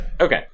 Okay